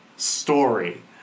story